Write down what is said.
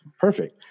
Perfect